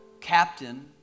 captain